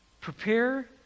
Prepare